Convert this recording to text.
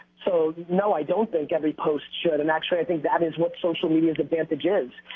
so no, i don't think every post should. and actually, i think that is what social media's advantage is.